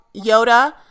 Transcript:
Yoda